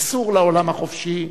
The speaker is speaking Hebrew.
אסור לעולם החופשי,